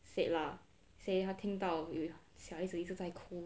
said lah say 他听到有小孩子一直在哭